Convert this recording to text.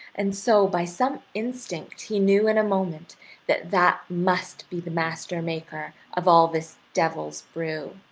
and so by some instinct he knew in a moment that that must be the master maker of all this devil's brew.